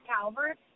Calvert